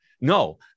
No